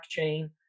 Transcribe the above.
blockchain